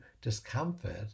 discomfort